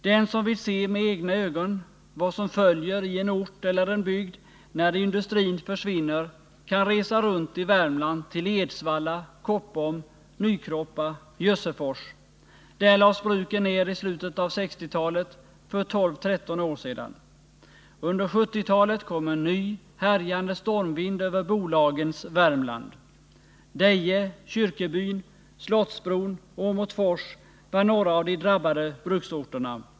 Den som vill se med egna ögon vad som följer i en ort eller en bygd när industrin försvinner kan resa runt i Värmland till Edsvalla, Koppom, Nykroppa, Jössefors. Där lades bruken ner i slutet av 1960-talet, för 12-13 år sedan. Under 1970-talet kom en ny härjande stormvind över bolagens Värmland. Deje, Kyrkebyn, Slottsbron, Åmotfors var några av de drabbade bruksorterna.